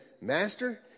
Master